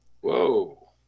Whoa